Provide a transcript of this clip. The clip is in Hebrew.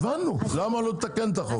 הבנו, למה לא לתקן את החוק?